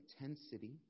intensity